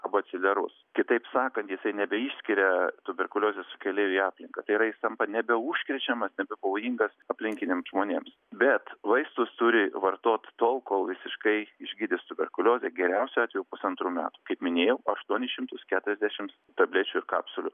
abaciliarus kitaip sakant jisai nebeišskiria tuberkuliozės sukėlėjų į aplinką tai yra jis tampa nebeužkrečiamas nebepavojingas aplinkiniams žmonėms bet vaistus turi vartot tol kol visiškai išgydys tuberkuliozę geriausiu atveju pusantrų metų kaip minėjau aštuonis šimtus keturiasdešimts tablečių ir kapsulių